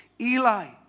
Eli